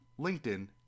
LinkedIn